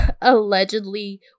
allegedly